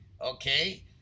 okay